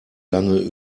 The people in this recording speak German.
lange